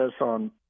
on